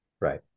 Right